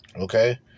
Okay